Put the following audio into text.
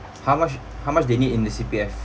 how much how much they need in the C_P_F